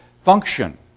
function